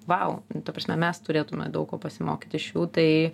vau ta prasme mes turėtume daug ko pasimokyti iš jų tai